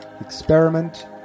Experiment